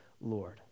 Lord